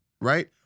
right